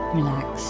Relax